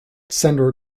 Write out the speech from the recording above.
center